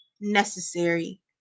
necessary